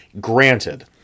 Granted